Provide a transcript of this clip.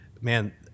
man